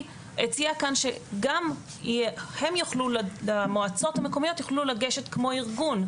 זה שגם המועצות המקומיות יוכלו לגשת כמו ארגון.